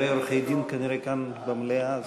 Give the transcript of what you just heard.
משרדי עורכי-הדין כנראה כאן במליאה.